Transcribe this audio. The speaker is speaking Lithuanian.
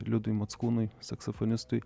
liudui mockūnui saksofonistui